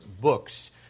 books